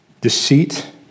deceit